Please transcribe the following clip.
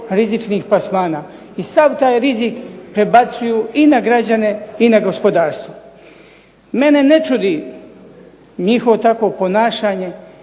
rizičnih plasmana. I sav taj rizik prebacuju i na građane i na gospodarstvo. Mene ne čudi njihovo takvo ponašanje